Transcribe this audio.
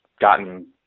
gotten